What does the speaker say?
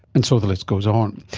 and so the list goes on.